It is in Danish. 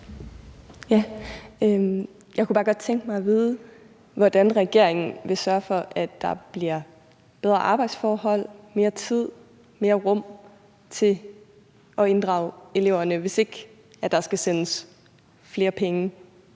Jeg kunne bare godt tænke mig at vide, hvordan regeringen vil sørge for, at der bliver bedre arbejdsforhold, mere tid og mere plads til at inddrage eleverne, hvis ikke der skal sendes flere penge.